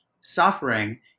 suffering